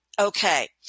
okay